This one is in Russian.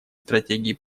стратегии